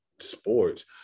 sports